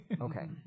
okay